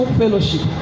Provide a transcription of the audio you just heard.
fellowship